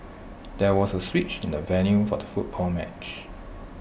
there was A switch in the venue for the football match